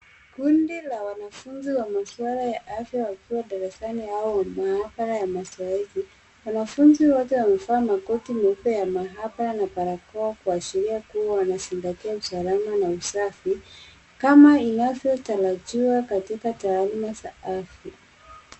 Kundi la wanafunzi wa masuala ya afya wakiwa darasani au mahabara ya mazoezi. Wanafaunzi wote wamevaa makoti meupe ya mahabara na barakoa Kuashiria kuwa wazingatia usalama na usafi kama inavyotarajiwa katika taaluma za afya.